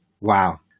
Wow